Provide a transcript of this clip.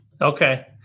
Okay